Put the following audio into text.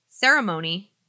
ceremony